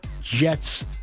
Jets